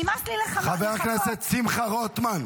נמאס לי לחכות --- חבר הכנסת שמחה רוטמן,